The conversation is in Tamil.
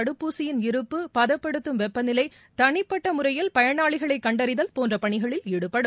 தடுப்பூசியின் இருப்பு பதப்படுத்தும் வெப்பநிலை தனிப்பட்ட முறையில் பயனாளிகளை கண்டறிதல் போன்ற பணிகளில் ஈடுபடும்